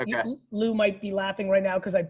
okay. lou might be laughing right now. coz i